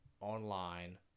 online